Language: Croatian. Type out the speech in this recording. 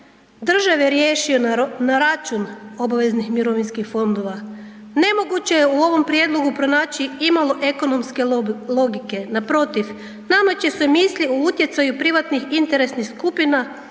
države riješio na račun obaveznih mirovinskih fondova. Nemoguće je u ovom prijedlogu pronaći imalo ekonomske logike. Naprotiv, nama će se misli o utjecaju privatnih interesnih skupina